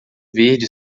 verde